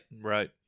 Right